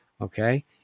okay